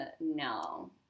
no